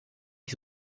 ich